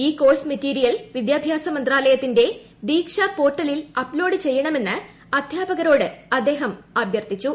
ഈ course material വിദ്യാഭ്യാസ മന്ത്രാലയത്തിൻറെ ദീക്ഷ പോർട്ടലിൽ അപ്ലോഡ് ചെയ്യണമെന്ന് അദ്ധ്യാപകര്യോട്ട് അഭ്യർത്ഥിച്ചു